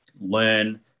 learn